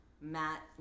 Matt